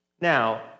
Now